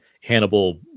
Hannibal